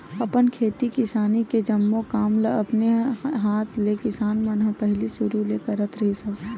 अपन खेती किसानी के जम्मो काम ल अपने हात ले किसान मन ह पहिली सुरु ले करत रिहिस हवय